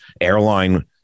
airline